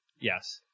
Yes